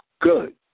good